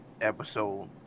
episode